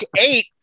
eight